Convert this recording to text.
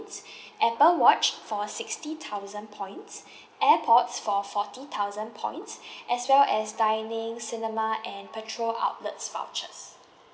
apple watch for a sixty thousand points airpods for forty thousand points as well as dining cinema and petrol outlets vouchers